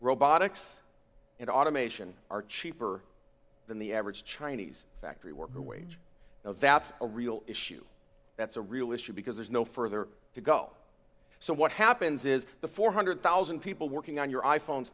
robotics and automation are cheaper than the average chinese factory worker wage that's a real issue that's a real issue because there's no further to go so what happens is the four hundred thousand people working on your i phones